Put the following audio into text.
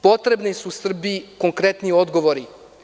Potrebni su Srbiji konkretni odgovori.